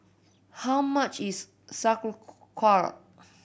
how much is